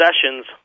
sessions